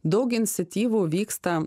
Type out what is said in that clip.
daug iniciatyvų vyksta